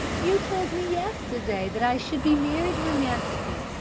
you told me yesterday that i should be married romantically,